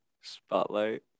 spotlight